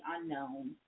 unknown